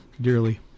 dearly